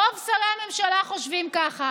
רוב שרי הממשלה חושבים כך,